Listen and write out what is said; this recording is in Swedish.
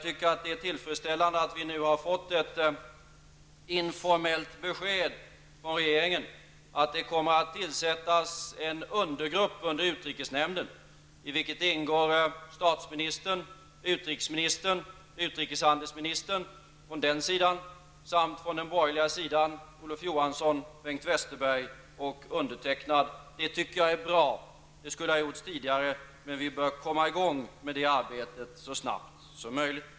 Det är tillfredsställande att vi nu har fått ett informellt besked från regeringen att det kommer att tillsättas en undergrupp under utrikesnämnden i vilken ingår statsministern, utrikesministern och utrikeshandelsministern från regeringens sida och från den borgerliga sidan Olof Jag tycker att detta är bra, och det borde ha gjorts tidigare. Men vi bör komma i gång med det arbetet så snart som möjligt.